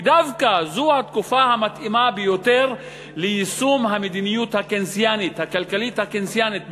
ודווקא זו התקופה המתאימה ביותר ליישום המדיניות הכלכלית הקיינסיאנית,